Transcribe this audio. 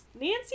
nancy